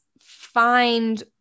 find